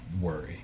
worry